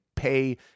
Pay